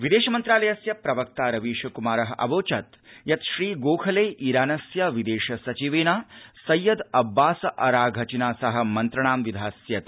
विदेशमन्त्रालयस्य प्रवक्ता रवीश कुमारः अवोचत् यत् श्रीगोखले ईरानस्य विदेशसचिवेन सैयद अब्बास् अराधचिना सह मन्त्रणा विधास्यति